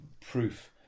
proof